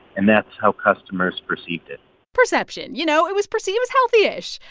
and that's how customers perceived it perception. you know, it was perceived as healthy-ish.